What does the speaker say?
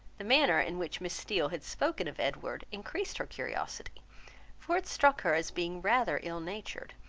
the manner in which miss steele had spoken of edward, increased her curiosity for it struck her as being rather ill-natured,